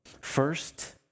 First